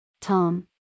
Tom